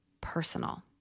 personal